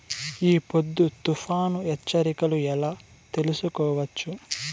ఈ పొద్దు తుఫాను హెచ్చరికలు ఎలా తెలుసుకోవచ్చు?